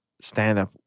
stand-up